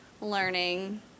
learning